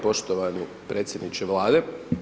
Poštovani predsjedniče Vlade.